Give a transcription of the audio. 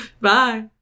bye